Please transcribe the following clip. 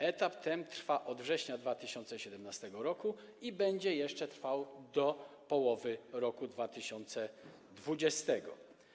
Etap ten trwa od września 2017 r. i będzie jeszcze trwał do połowy roku 2020.